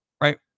right